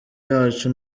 yacu